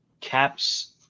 Caps